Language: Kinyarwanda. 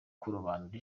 kurobanura